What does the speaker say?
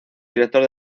director